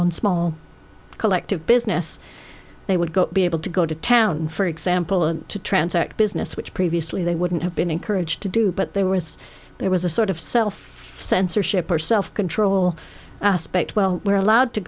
own small collective business they would go be able to go to town for example and to transact business which previously they wouldn't have been encouraged to do but there was there was a sort of self censorship or self control aspect well we're allowed to